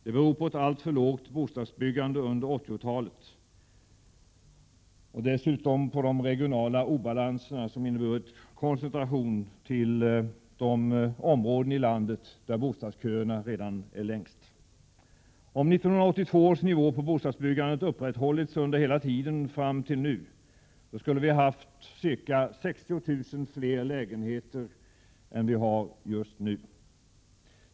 Det beror på ett alltför lågt bostadsbyggande under 1980-talet och dessutom på de regionala obalanserna, som inneburit koncentration till de områden i landet där bostadsköerna redan är längst. Om 1982 års nivå i bostadsbyggandet upprätthållits under hela tiden fram till nu skulle vi haft ca 60 000 fler lägenheter än vi har just nu.